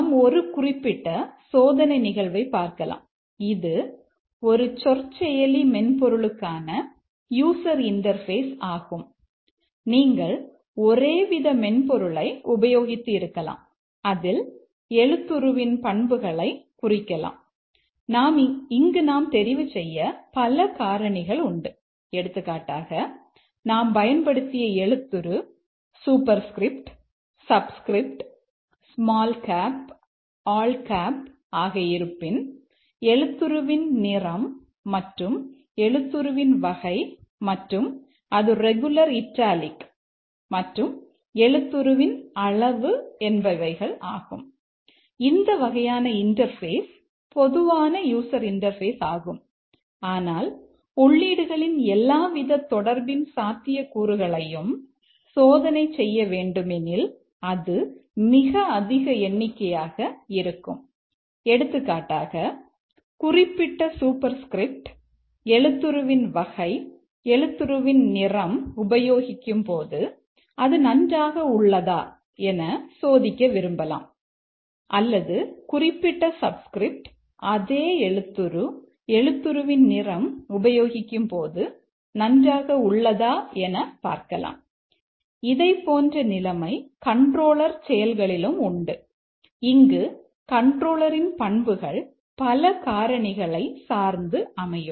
நாம் ஒரு குறிப்பிட்ட சோதனை நிகழ்வை பார்க்கலாம் இது ஒரு சொற்செயலி மென்பொருளுக்கான யூசர் இன்டர்பேஸ் செயல்களிலும் உண்டு இங்கு கண்ட்ரோலரின் பண்புகள் பல காரணிகளை சார்ந்து அமையும்